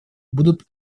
будут